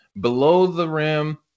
below-the-rim